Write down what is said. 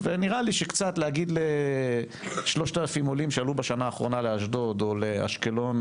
נראה לי שלהגיד ל-3,000 עולים שעלו בשנה האחרונה לאשדוד או לאשקלון,